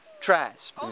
tries